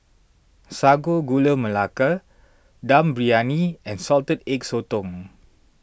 Sago Gula Melaka Dum Briyani and Salted Egg Sotong